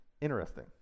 Interesting